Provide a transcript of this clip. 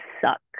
suck